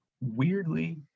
Weirdly